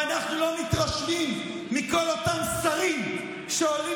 ואנחנו לא מתרשמים מכל אותם שרים שעולים